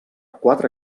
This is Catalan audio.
quatre